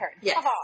Yes